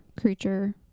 creature